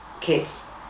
kids